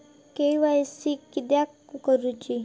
KYC किदयाक करूची?